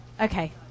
Okay